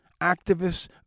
activists